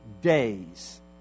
days